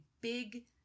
big